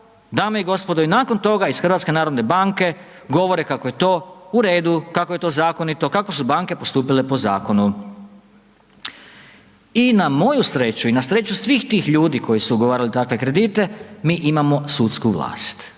dame i gospodo, i nakon toga iz HNB-a govore kako je to u redu, kako je to zakonito, kako su banke postupile po zakonu. I na moju sreću i na sreću svih tih ljudi koji su ugovarali takve kredite, mi imamo sudski vlast.